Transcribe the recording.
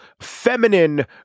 feminine